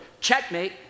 Checkmate